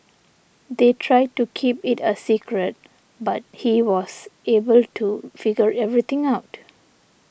they tried to keep it a secret but he was able to figure everything out